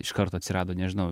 iš karto atsirado nežinau